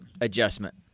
adjustment